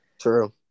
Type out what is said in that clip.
True